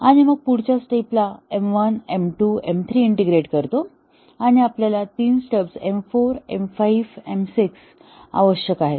आणि मग पुढच्या स्टेप ला M1 M2 M3 इंटिग्रेट करतो आणि आपल्याला तीन स्टब्स M4 M5 आणि M6 आवश्यक आहेत